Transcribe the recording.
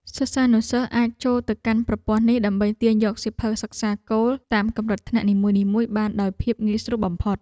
សិស្សានុសិស្សអាចចូលទៅកាន់ប្រព័ន្ធនេះដើម្បីទាញយកសៀវភៅសិក្សាគោលតាមកម្រិតថ្នាក់នីមួយៗបានដោយភាពងាយស្រួលបំផុត។